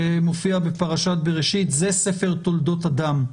זה ספר תולדות אדם".